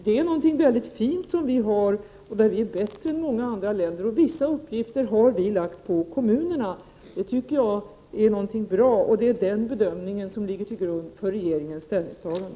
Det är någonting väldigt fint, och på det området är vi bättre än andra länder. Vissa uppgifter har vi lagt på kommunerna, och det tycker jag är väldigt bra. Det är den bedömningen som ligger till grund för regeringens ställningstagande.